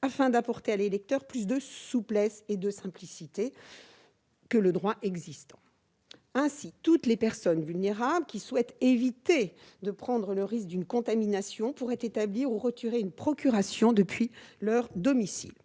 afin d'apporter à l'électeur plus de souplesse et de simplicité que ne lui offre le droit existant. Ainsi, toutes les personnes vulnérables qui souhaitent éviter de prendre le risque d'une contamination pourront établir ou retirer une procuration depuis leur domicile.